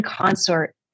consort